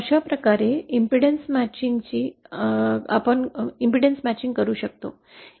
अशाप्रकारे आपण प्रतिबाधा जुळणी करू शकतो